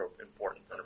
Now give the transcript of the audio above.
important